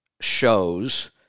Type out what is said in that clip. shows